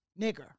nigger